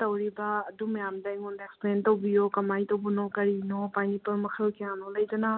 ꯇꯧꯔꯤꯕ ꯑꯗꯨ ꯃꯌꯥꯝꯗꯣ ꯑꯩꯉꯣꯟꯗ ꯑꯦꯛꯁꯄ꯭ꯂꯦꯟ ꯇꯧꯕꯤꯌꯣ ꯀꯃꯥꯏ ꯇꯧꯕꯅꯣ ꯀꯔꯤꯅꯣ ꯄꯥꯏꯅꯦꯄꯜ ꯃꯈꯜ ꯀꯌꯥꯅꯣ ꯂꯩꯗꯅ